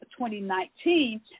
2019